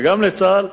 וגם צה"ל,